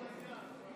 תודה רבה.